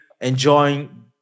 enjoying